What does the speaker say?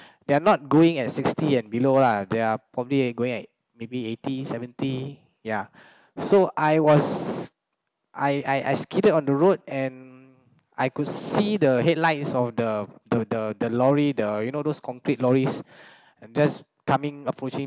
they're not going at sixty and below lah they're probably going at maybe eighty seventy ya so I was I I skidded on the road and I could see the headlight is of the the the the lorry the you know those concrete lorries just coming approaching